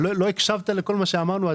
לא הקשבת לכל מה שאמרנו?